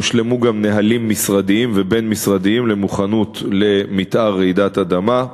הושלמו נהלים משרדיים ובין-משרדיים למוכנות למתאר רעידת אדמה,